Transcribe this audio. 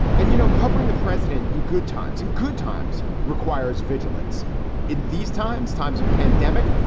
and, you know, covering the president in good times and good times requires vigilance in these times, times of pandemic.